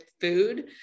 food